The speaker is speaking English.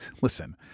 Listen